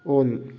on